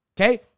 okay